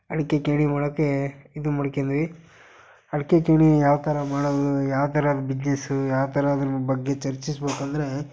ಅಡಿಕೆ ಗೇಣಿ ಮಾಡೋಕ್ಕೆ ಇದನ್ನ ಮಡ್ಕಂಡ್ವಿ ಅಡಿಕೆ ಗೇಣಿ ಯಾವ ಥರ ಮಾಡೋದು ಯಾವ ಥರ ಬಿದ್ನೆಸ್ಸು ಯಾವ ಥರ ಅದ್ರ ಬಗ್ಗೆ ಚರ್ಚಿಸ್ಬೇಕಂದ್ರೆ